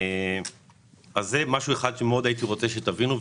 זה משהו שהייתי רוצה שתבינו.